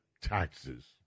taxes